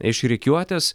iš rikiuotės